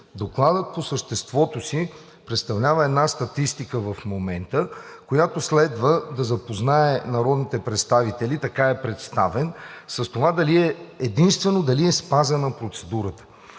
Докладът по съществото си представлява една статистика в момента, която следва да запознае народните представители – така е представен, с това дали единствено е спазена процедурата.